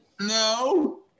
No